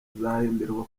azahemberwa